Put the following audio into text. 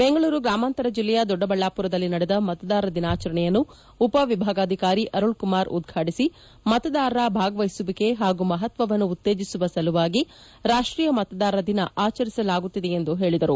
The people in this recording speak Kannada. ಬೆಂಗಳೂರು ಗ್ರಾಮಾಂತರ ಜಿಲ್ಲೆಯ ದೊಡ್ಡಬಳ್ಳಾಪುರದಲ್ಲಿ ನಡೆದ ಮತದಾರರ ದಿನಾಚರಣೆಯನ್ನು ಉಪವಿಭಾಗಾಧಿಕಾರಿ ಅರುಳ್ ಕುಮಾರ್ ಉದ್ಘಾಟಿಸಿ ಮತದಾರರ ಭಾಗವಹಿಸುವಿಕೆ ಹಾಗೂ ಮಹತ್ವನ್ನು ಉತ್ತೇಜಿಸುವ ಸಲುವಾಗಿ ರಾಷ್ಟೀಯ ಮತದಾರರ ದಿನ ಆಚರಿಸಲಾಗುತ್ತಿದೆ ಎಂದು ಹೇಳಿದರು